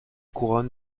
couronne